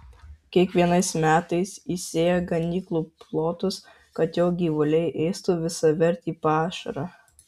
kiekvienais metais įsėja ganyklų plotus kad jo gyvuliai ėstų visavertį pašarą